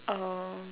err